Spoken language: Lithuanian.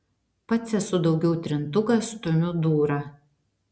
pats esu daugiau trintukas stumiu dūrą